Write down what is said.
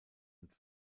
und